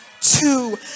two